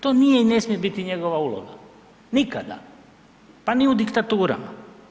To nije i ne smije biti njegova uloga, nikada pa ni u diktaturama.